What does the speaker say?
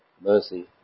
mercy